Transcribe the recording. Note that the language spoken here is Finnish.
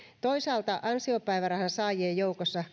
toisaalta ansiopäivärahan saajien joukossa